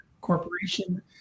Corporation